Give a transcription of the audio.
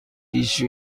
پیش